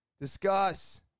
Discuss